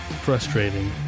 frustrating